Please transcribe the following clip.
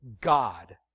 God